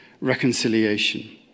reconciliation